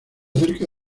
cerca